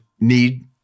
need